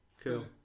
Cool